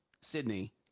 Sydney